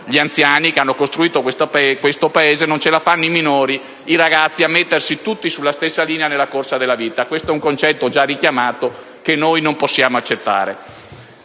gli anziani, che hanno costruito questo Paese, non ce la fanno i ragazzi a mettersi tutti sulla stessa linea nella corsa della vita. Questo è un concetto già richiamato, che noi non possiamo accettare.